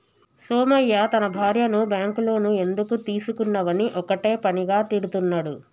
సోమయ్య తన భార్యను bank loan ఎందుకు తీసుకున్నవని ఒక్కటే పనిగా తిడుతున్నడు